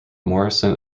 morrison